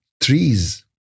trees